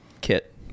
kit